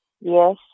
Yes